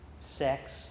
Sex